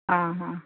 ହଁ ହଁ